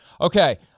Okay